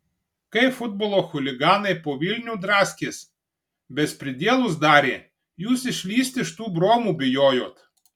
kai futbolo chuliganai po vilnių draskės bespridielus darė jūs išlįst iš tų bromų bijojot